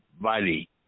body